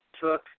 took